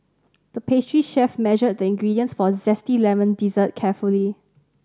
the pastry chef measured the ingredients for a zesty lemon dessert carefully